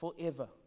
forever